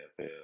nfl